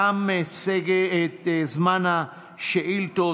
תם זמן השאילתות.